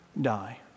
die